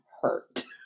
hurt